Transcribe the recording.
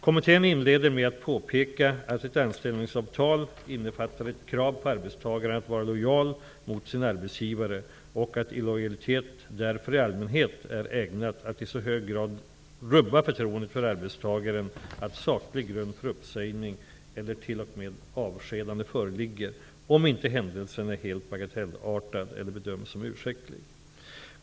Kommittén inleder med att påpeka att ett anställningsavtal innefattar ett krav på arbetstagaren att vara lojal mot sin arbetsgivare och att illojalitet därför i allmänhet är ägnad att i så hög grad rubba förtroendet för arbetstagaren, att saklig grund för uppsägning eller till och med avskedande föreligger, om inte händelsen är helt bagatellartad eller bedöms som ursäktlig.